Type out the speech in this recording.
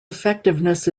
effectiveness